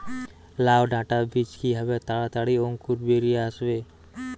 লাউ ডাটা বীজ কিভাবে তাড়াতাড়ি অঙ্কুর বেরিয়ে আসবে?